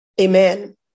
Amen